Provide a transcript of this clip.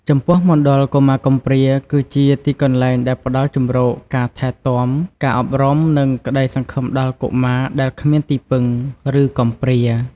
ចំពោះមណ្ឌលកុមារកំព្រា គឺជាទីកន្លែងដែលផ្ដល់ជំរក ការថែទាំ ការអប់រំ និងក្ដីសង្ឃឹមដល់កុមារដែលគ្មានទីពឹង ឬកំព្រា។